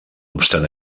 obstant